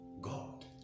God